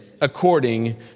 according